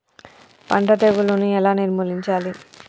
పంట తెగులుని ఎలా నిర్మూలించాలి?